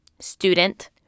student